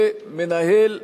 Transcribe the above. ומנהל משם,